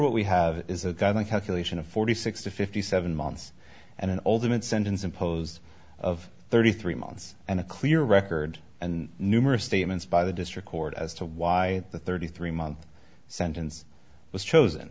what we have is a guideline calculation of forty six to fifty seven months and an ultimate sentence imposed of thirty three months and a clear record and numerous statements by the district court as to why the thirty three month sentence was chosen